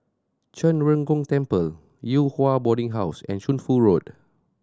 Zhen Ren Gong Temple Yew Hua Boarding House and Shunfu Road